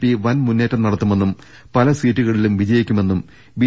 P വൻ മുന്നേറ്റം നടത്തുമെന്നും പല സീറ്റുകളിലും വിജയിക്കുമെന്നും ബി